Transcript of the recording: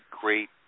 great